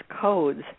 codes